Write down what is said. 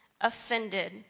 offended